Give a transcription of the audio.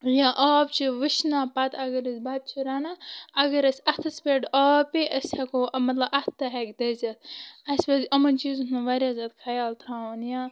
یا آب چھِ وٕشنا پتہٕ اگر أسۍ بتہٕ چھِ رنان اگر أسۍ اتھس پیٹھ آب پے أسۍ ہیٚکو مطلب اتھہٕ تہِ ہیٚکہِ دٔزِتھ اسہِ پزِ یِمن چیٖزن ہنٛد واریاہ خیال تھاوُن یا